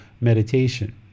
meditation